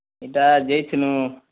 ଇଟା ଯାଇଥିଲୁଁ